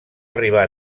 arribar